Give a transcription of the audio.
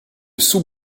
sous